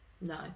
No